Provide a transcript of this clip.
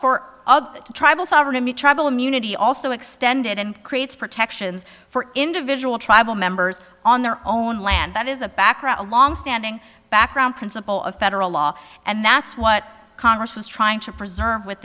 other tribal sovereignty tribal immunity also extended and creates protections for individual tribal members on their own land that is a background a longstanding background principle of federal law and that's what congress was trying to preserve with